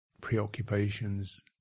preoccupations